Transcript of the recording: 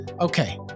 Okay